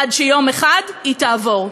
עד שיום אחד היא תעבור.